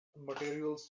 materials